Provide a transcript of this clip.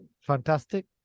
fantastic